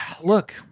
look